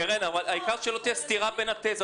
קרן, העיקר שלא תהיה סתירה בין התזות.